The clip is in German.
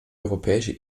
europäische